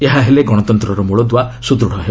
ଏହା ହେଲେ ଗଣତନ୍ତ୍ରର ମୂଳଦୂଆ ସ୍ୱଦୂଢ଼ ହେବ